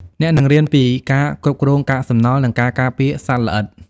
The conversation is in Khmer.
អ្នកនឹងរៀនពីការគ្រប់គ្រងកាកសំណល់ និងការការពារសត្វល្អិត។